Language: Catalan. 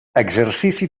exercici